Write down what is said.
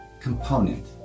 component